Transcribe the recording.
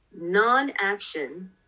non-action